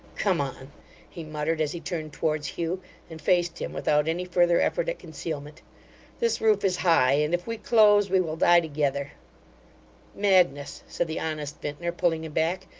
come on he muttered, as he turned towards hugh and faced him without any further effort at concealment this roof is high, and if we close, we will die together madness, said the honest vintner, pulling him back,